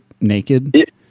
naked